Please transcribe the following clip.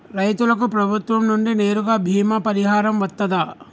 రైతులకు ప్రభుత్వం నుండి నేరుగా బీమా పరిహారం వత్తదా?